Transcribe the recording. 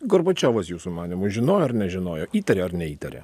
gorbačiovas jūsų manymu žinojo ar nežinojo įtarė ar neįtarė